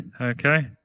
Okay